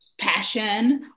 passion